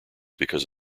because